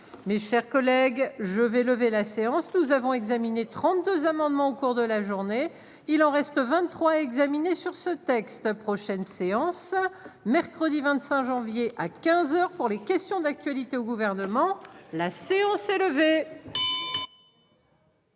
Mes chers collègues, je vais lever la séance. Nous avons examiné 32 amendements au cours de la journée, il en reste 23 examiner sur ce texte. Prochaine séance mercredi 25 janvier à 15h pour les questions d'actualité au gouvernement. La séance est levée.